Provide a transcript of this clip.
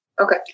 Okay